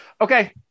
Okay